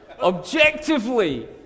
Objectively